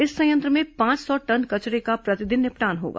इस संयंत्र में पांच सौ टन कचरे का प्रतिदिन निपटान होगा